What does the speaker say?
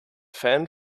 fan